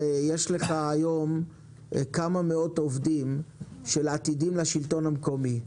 יש לך היום כמה מאות עובדים של "עתידים - צוערים לשלטון המקומי".